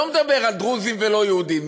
לא מדבר על דרוזים ולא-יהודים,